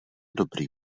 dobrý